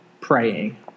praying